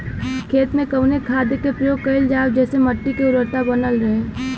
खेत में कवने खाद्य के प्रयोग कइल जाव जेसे मिट्टी के उर्वरता बनल रहे?